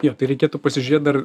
jo tai reikėtų pasižiūrėt dar